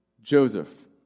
Joseph